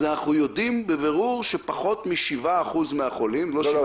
אז אנחנו יודעים בבירור שפחות מ-7% מהחולים --- לא,